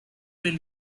will